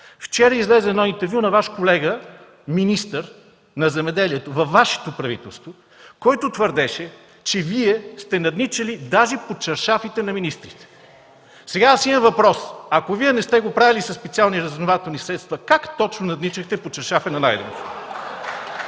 Вчера излезе едно интервю на Ваш колега – министър на земеделието във Вашето правителство, който твърдеше, че Вие сте надничали даже под чаршафите на министрите. Сега аз имам въпрос: ако Вие не сте го правили със специални разузнавателни средства, как точно надничахте под чаршафа на Найденов?